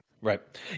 Right